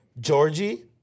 Georgie